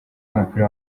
w’umupira